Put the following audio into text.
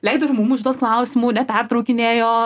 leido ir mum užduot klausimų nepertraukinėjo